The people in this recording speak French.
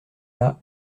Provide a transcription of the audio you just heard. las